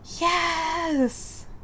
yes